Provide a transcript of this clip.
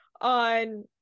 on